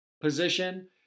position